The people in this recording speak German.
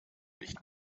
nicht